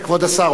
כבוד השר,